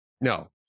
No